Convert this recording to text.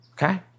Okay